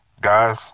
Guys